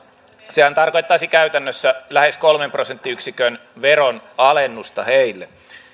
sehän tarkoittaisi käytännössä lähes kolmen prosenttiyksikön veronalennusta heille